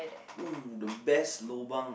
!ooh! the best lobang ah